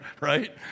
right